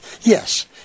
yes